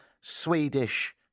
Swedish